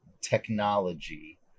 technology